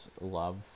love